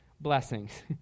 blessings